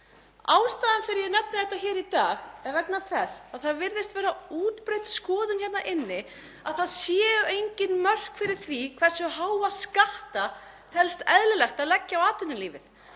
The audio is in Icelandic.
Ástæðan fyrir að ég nefni þetta hér í dag er vegna þess að það virðist vera útbreidd skoðun hérna inni að það séu engin mörk fyrir því hversu háa skatta telst eðlilegt að leggja á atvinnulífið.